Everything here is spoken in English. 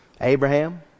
Abraham